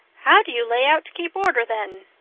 how do you lay out to keep order then?